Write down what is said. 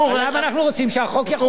עליו היום אנחנו רוצים שהחוק יחול.